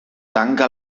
tanca